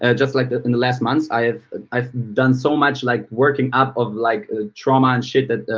and just like in the lasts month, i've i've done so much like working out of like ah trauma and shit that